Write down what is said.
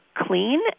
clean